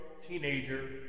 teenager